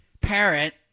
parent